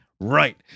Right